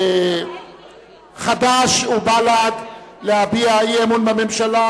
חד"ש ובל"ד להביע אי-אמון בממשלה